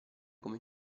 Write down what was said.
come